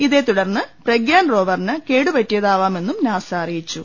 ഇതേതുടർന്ന് പ്രഗ്യാൻ റോവറിന് കേടുപറ്റിയതാവാമെന്നും നാസ അറിയിച്ചു